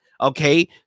Okay